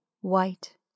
white